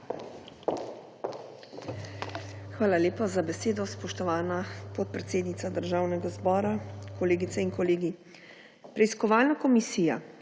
Hvala lepa za besedo, spoštovana podpredsednica Državnega zbora, kolegice in kolegi! Preiskovalna komisija